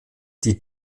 die